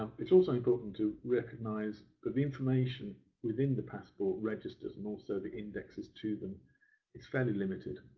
um it's also important to recognise that the information within the passport registers and also the indexes to them is fairly limited.